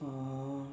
orh